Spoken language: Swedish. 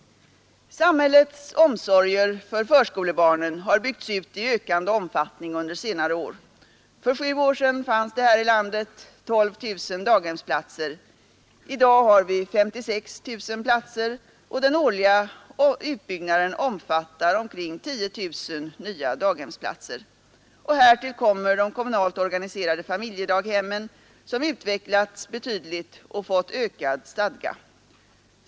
Samhällets omsorger för förskolebarnen har byggts ut i ökande omfattning under senare år. För sju år sedan fanns det här i landet 12 000 daghemsplatser. I dag har vi 56 000 platser, och den årliga utbyggnaden omfattar omkring 10000 nya daghemsplatser. Härtill kommer de kommunalt organiserade familjedaghemmen som utvecklats betydligt och fått ökad stadga.